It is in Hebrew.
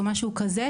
או משהו כזה,